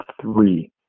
three